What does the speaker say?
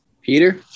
Peter